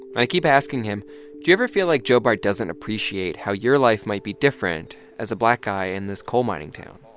i keep asking him, do you ever feel like joe bart doesn't appreciate how your life might be different as a black guy in this coal-mining town?